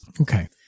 Okay